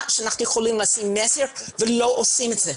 שאנחנו יכולים לשים עליהן מסר אבל לא עושים זאת.